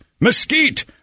mesquite